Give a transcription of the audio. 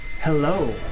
Hello